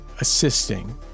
assisting